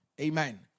amen